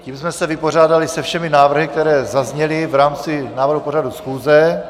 Tím jsme se vypořádali se všemi návrhy, které zazněly v rámci návrhu pořadu schůze.